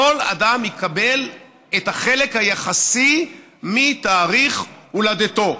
כל אדם יקבל את החלק היחסי מתאריך הולדתו.